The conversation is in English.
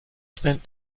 spent